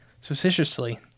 Suspiciously